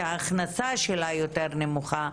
שההכנסה שלה יותר נמוכה,